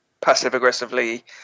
passive-aggressively